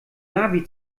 navi